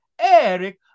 Eric